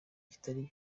kitari